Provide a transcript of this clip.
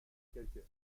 quelque